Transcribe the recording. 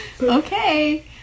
Okay